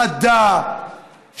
חדה,